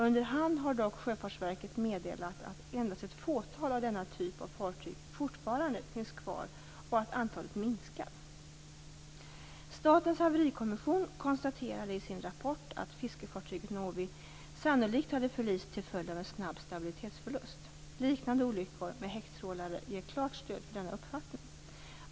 Under hand har dock Sjöfartsverket meddelat att endast ett fåtal av denna typ av fartyg fortfarande finns kvar och att antalet minskar. Statens haverikommission konstaterade i sin rapport att fiskefartyget Novi sannolikt hade förlist till följd av en snabb stabilitetsförlust. Liknande olyckor med häcktrålare ger klart stöd för denna uppfattning.